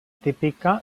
típica